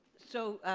so,